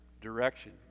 direction